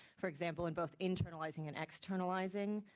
for example, in both internalizing and externalizing,